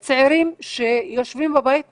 לגבי צעירים שיושבים בבית מובטלים,